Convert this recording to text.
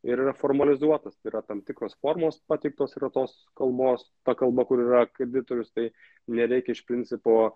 ir yra formalizuotas tai yra tam tikros formos pateiktos yra tos kalbos ta kalba kur yra kreditorius tai nereikia iš principo